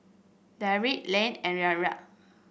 Derik Leigh and